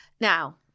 Now